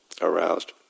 aroused